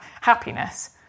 happiness